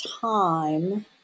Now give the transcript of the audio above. time